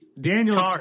Daniel